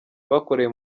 bakoreye